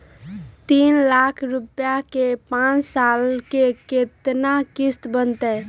तीन लाख रुपया के पाँच साल के केतना किस्त बनतै?